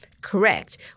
correct